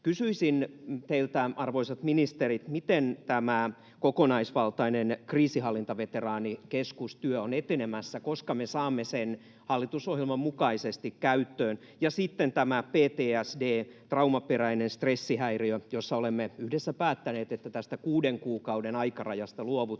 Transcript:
Kysyisin teiltä, arvoisat ministerit, miten tämä kokonaisvaltainen kriisinhallintaveteraanikeskustyö on etenemässä. Koska me saamme sen hallitusohjelman mukaisesti käyttöön? Ja sitten on tämä PTSD, traumaperäinen stressihäiriö, josta olemme yhdessä päättäneet, että tästä kuuden kuukauden aikarajasta luovutaan.